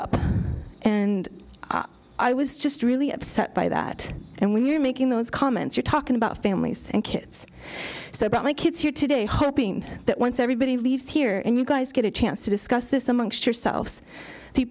up and i was just really upset by that and when you're making those comments you're talking about families and kids so i brought my kids here today hoping that once everybody leaves here and you guys get a chance to discuss this amongst yourselves the